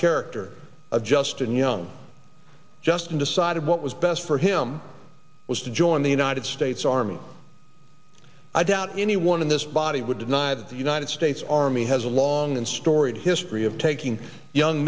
character of justin young justin decided what was best for him was to join the united states army i doubt anyone in this body would deny that the united states army has a long and storied history of taking young